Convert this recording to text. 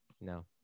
no